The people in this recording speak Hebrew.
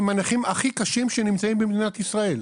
הם הנכים הכי קשים שנמצאים במדינת ישראל.